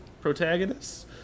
protagonists